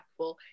impactful